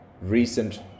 recent